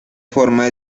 forma